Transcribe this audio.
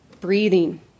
breathing